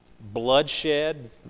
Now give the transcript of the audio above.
bloodshed